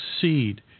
seed